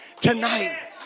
tonight